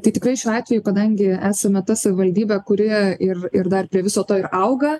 tai tikrai šiuo atveju kadangi esame ta savivaldybė kuri ir ir dar prie viso to ir auga